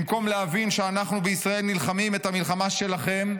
במקום להבין שאנחנו בישראל נלחמים את המלחמה שלכם,